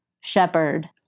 shepherd